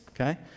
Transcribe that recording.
Okay